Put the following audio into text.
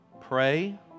pray